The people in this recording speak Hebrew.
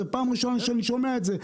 זו פעם ראשונה שאני שומע את זה,